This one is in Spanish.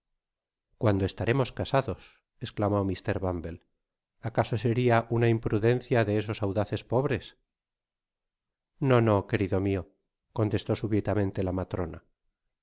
cuando estaremos casados esclamó mr bumble acaso seria una imprudencia de esos audaces pobres no no querido mio contestó hitamente la mitrona